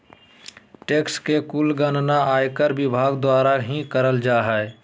tax के कुल गणना आयकर विभाग द्वारा ही करल जा हय